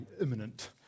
imminent